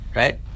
right